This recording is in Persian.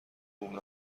خوب